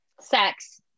Sex